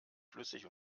flüssig